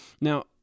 Now